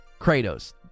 Kratos